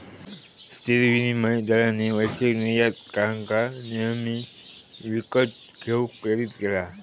स्थिर विनिमय दरांनी वैश्विक निर्यातकांका नेहमी विकत घेऊक प्रेरीत केला